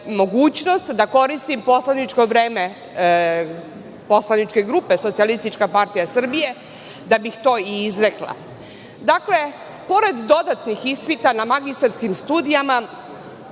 da koristim poslaničko vreme poslaničke grupe SPS da bih to i izrekla. Dakle, pored dodatnih ispita na magistarskim studijama,